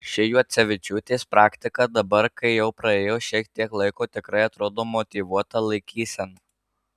ši juocevičiūtės praktika dabar kai jau praėjo šiek tiek laiko tikrai atrodo motyvuota laikysena